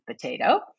potato